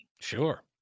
Sure